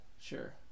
Sure